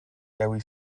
dewi